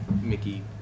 Mickey